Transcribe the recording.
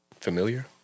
Familiar